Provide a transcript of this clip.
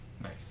Nice